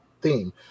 theme